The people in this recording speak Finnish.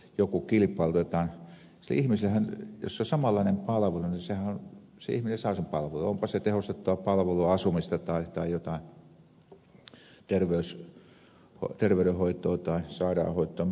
sille ihmisellehän jos se on samanlainen palvelu se ihminen saa sen palvelun onpa se tehostettua palveluasumista tai jotain terveydenhoitoa ja sairaudenhoitoa mitä milloinkin